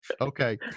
okay